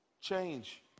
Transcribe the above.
Change